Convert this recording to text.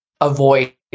avoid